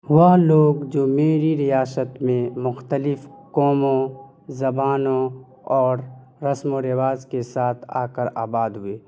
وہ لوگ جو میری ریاست میں مختلف قوموں زبانوں اور رسم و رواج کے ساتھ آ کر آباد ہوئے